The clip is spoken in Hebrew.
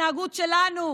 ההתנהגות שלנו,